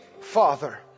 Father